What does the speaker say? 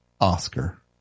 Oscar